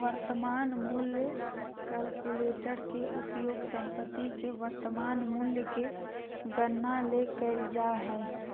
वर्तमान मूल्य कलकुलेटर के उपयोग संपत्ति के वर्तमान मूल्य के गणना ले कइल जा हइ